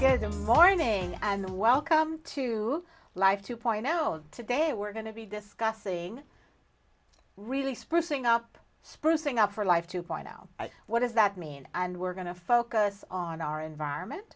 good morning and welcome to life to point out today we're going to be discussing really splitting up sprucing up for life to find out what does that mean and we're going to focus on our environment